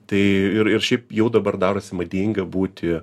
tai ir ir šiaip jau dabar darosi madinga būti